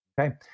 okay